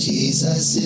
Jesus